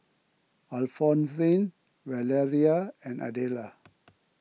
Alphonsine Valeria and Adela